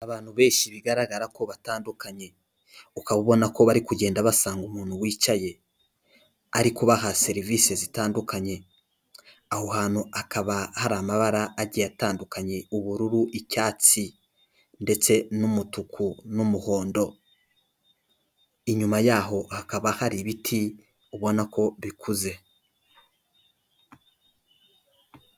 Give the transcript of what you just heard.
Abantu benshi bigaragara ko batandukanye ukaba ubona ko bari kugenda basanga umuntu wicaye, ari kubaha serivisi zitandukanye, aho hantu akaba hari amabara agiye atandukanye ubururu, icyatsi ndetse n'umutuku n'umuhondo. Inyuma yaho hakaba hari ibiti ubona ko bikuze.